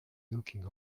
looking